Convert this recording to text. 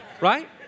right